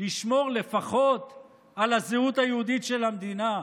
לשמור לפחות על הזהות היהודית של המדינה.